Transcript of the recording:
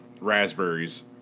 raspberries